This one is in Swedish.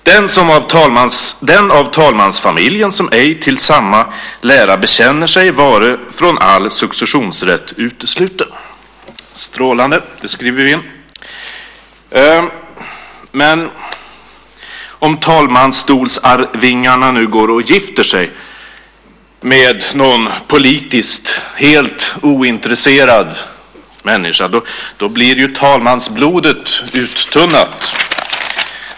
Den i talmansfamiljen som ej till samma lära bekänner sig vare från all successionsrätt utesluten. Strålande. Det skriver vi in. Men om talmansstolsarvingarna nu går och gifter sig med någon politiskt helt ointresserad människa, då blir ju talmansblodet uttunnat.